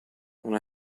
una